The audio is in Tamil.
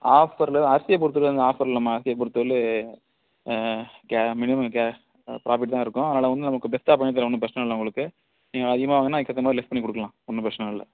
ஆஃபரில் அரிசியை பொறுத்தளவு வந்து ஆஃபர்லம்மா அரிசியை பொறுத்தளவு கே மினிமம் கே ப்ராஃபிட் தான் இருக்கும் அதனால வந்து நமக்கு பெஸ்ட்டாக பண்ணித்தரேன் ஒன்றும் பிரச்சனை இல்லை உங்களுக்கு நீங்கள் அதிகமாக வாங்கினிங்கனா அதுக்கேற்றமாரி லெஸ் பண்ணி கொடுக்கலாம் ஒன்றும் பிரச்சனை இல்லை